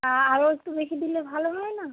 তা আরও একটু বেশি দিলে ভালো হয় না